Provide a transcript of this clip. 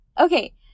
Okay